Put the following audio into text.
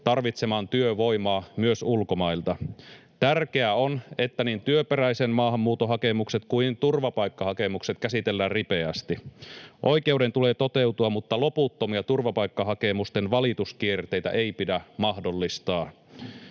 tarvitsemaan työvoimaa myös ulkomailta. Tärkeää on, että niin työperäisen maahanmuuton hakemukset kuin turvapaikkahakemukset käsitellään ripeästi. Oikeuden tulee toteutua, mutta loputtomia turvapaikkahakemusten valituskierteitä ei pidä mahdollistaa.